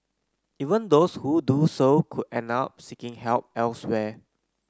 even those who do so could end up seeking help elsewhere